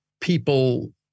people